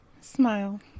Smile